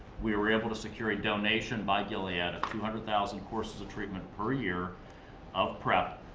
we were able to secure a donation by gilead of two hundred thousand courses of treatment per year of prep,